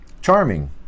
charming